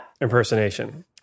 impersonation